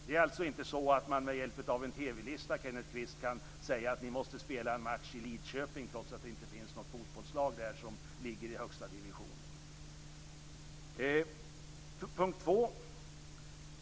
Det är alltså inte så att man med hjälp av en TV-lista, Kenneth Kvist, kan säga: Ni måste spela en match i Lidköping trots att det inte finns något fotbollslag där som ligger i högsta divisionen.